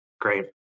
Great